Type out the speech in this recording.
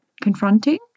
confronting